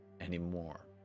anymore